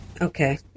Okay